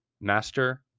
Master